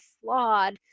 flawed